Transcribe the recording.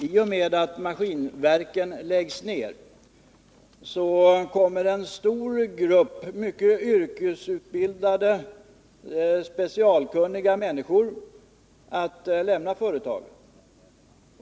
I och med att Maskinverken läggs ned kommer en grupp mycket yrkeskunniga, specialutbildade människor att lämna företaget.